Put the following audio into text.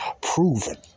proven